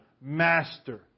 Master